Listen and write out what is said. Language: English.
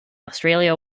australia